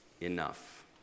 enough